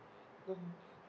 mmhmm